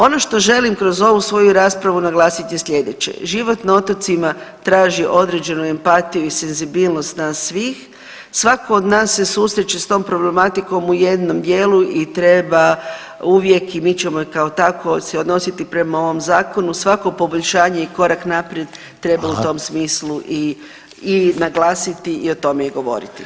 Ono što želim kroz ovu svoju raspravu naglasiti je sljedeće, život na otocima traži određenu empatiju i senzibilnost nas svih, svako od nas se susreće s tom problematikom u jednom dijelu i treba uvijek i mi ćemo kao tako se odnositi prema ovom zakonu, svako poboljšanje i korak naprijed treba u tom smislu i naglasiti i o tome i govoriti.